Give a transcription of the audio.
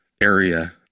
area